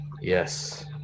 Yes